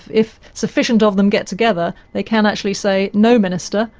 if sufficient of them get together they can actually say, no minister,